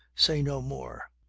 say no more.